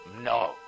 No